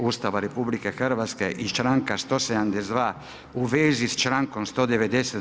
Ustava RH i članka 172. u vezi s člankom 190.